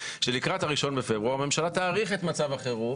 לקראת ה-1 פברואר הממשלה תאריך את מצב החירום